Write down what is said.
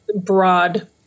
broad